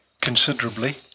considerably